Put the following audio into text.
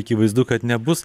akivaizdu kad nebus